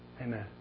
Amen